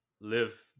live